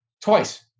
Twice